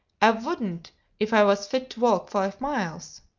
i wouldn't if i was fit to walk five miles.